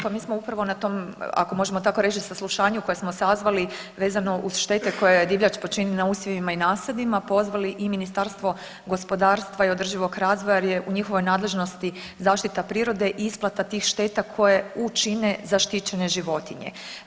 Pa mi smo upravo na tom ako možemo tako reći saslušanju koje smo sazvali vezano uz štete koje divljač počini na usjevima i nasadima pozvali i Ministarstvo gospodarstva i održivog razvoja, jer je u njihovoj nadležnosti zaštita prirode i isplata tih šteta koju čine zaštićene životinje.